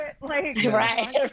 right